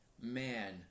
man